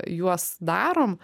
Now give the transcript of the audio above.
juos darom